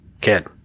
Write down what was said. Kid